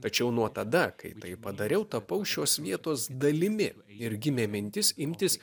tačiau nuo tada kai tai padariau tapau šios vietos dalimi ir gimė mintis imtis